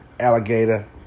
Alligator